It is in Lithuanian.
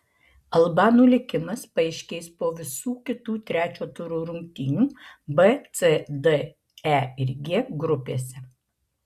albanų likimas paaiškės po visų kitų trečio turo rungtynių b c d e ir g grupėse